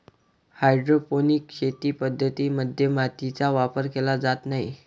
hydroponic शेती पद्धतीं मध्ये मातीचा वापर केला जात नाही